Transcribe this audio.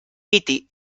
piti